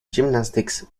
gymnastics